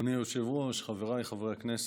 אדוני היושב-ראש, חבריי חברי הכנסת,